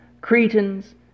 Cretans